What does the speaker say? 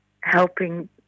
helping